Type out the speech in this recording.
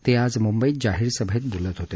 ते आज मुंबईत जाहीर सभेत बोलत होते